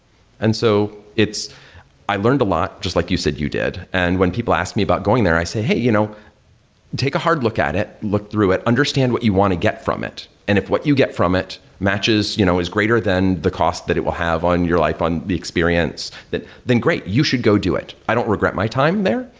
and so, i learned a lot, just like you said you did. and when people asked me about going there, i said, hey, you know take a hard look at it. look through it. understand what you want to get from it, and if what you get from it matches you know is greater than the cost that it will have on your life on the experience, then great. you should go do it. i don't regret my time there.